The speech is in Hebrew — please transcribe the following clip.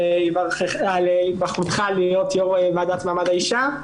היבחרך ליושב ראש הוועדה לקידום מעמד האישה.